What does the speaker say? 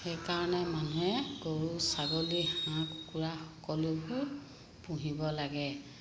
সেইকাৰণে মানুহে গৰু ছাগলী হাঁহ কুকুৰা সকলোবোৰ পুহিব লাগে